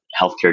healthcare